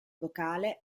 vocale